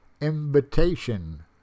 invitation